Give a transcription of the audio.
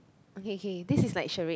okay okay this is like charade